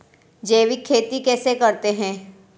जैविक खेती कैसे करते हैं?